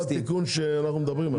זה לא התיקון שאנחנו מדברים עליו.